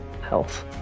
Health